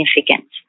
significant